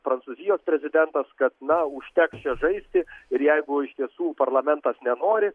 prancūzijos prezidentas kad na užteks čia žaisti ir jeigu iš tiesų parlamentas nenori